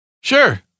Sure